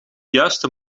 juiste